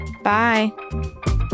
Bye